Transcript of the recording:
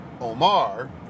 Omar